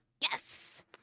Yes